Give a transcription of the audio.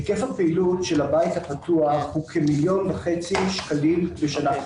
היקף הפעילות של הבית הפתוח הוא כמיליון וחצי שקלים בשנה.